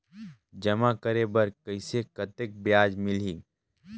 जमा करे बर कइसे कतेक ब्याज मिलही?